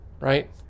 right